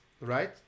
right